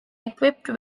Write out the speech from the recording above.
equipped